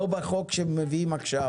לא בחוק שמביאים עכשיו,